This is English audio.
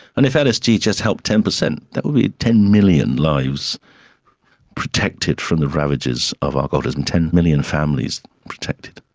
and if lsd just helped ten percent, that would be ten million lives protected from the ravages of alcoholism, ten million families protected.